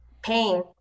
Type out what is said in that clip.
pain